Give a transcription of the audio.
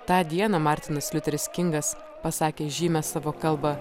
tą dieną martynas liuteris kingas pasakė žymią savo kalbą